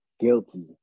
guilty